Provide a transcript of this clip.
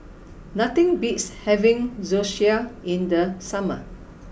nothing beats having Zosui in the summer